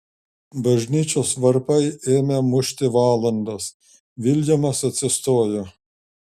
bažnyčios varpai ėmė mušti valandas viljamas atsistojo